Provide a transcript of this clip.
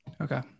Okay